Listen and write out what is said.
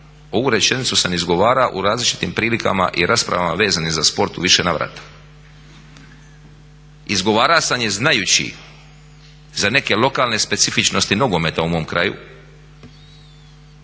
Ovu rečenicu sam izgovarao u različitim prilikama i raspravama vezanim za sport u više navrata. Izgovarao sam je znajući za neke lokalne specifičnosti nogometa u mom kraju